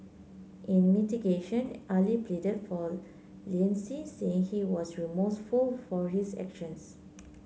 in mitigation Ali pleaded for saying he was remorseful for his actions